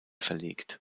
verlegt